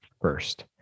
first